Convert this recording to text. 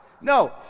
No